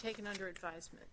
taken under advisement